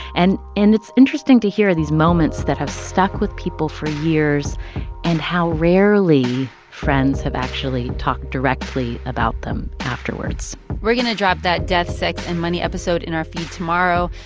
and and it's interesting to hear these moments that have stuck with people for years and how rarely friends have actually talked directly about them afterwards we're going to drop that death, sex and money episode in our feed tomorrow.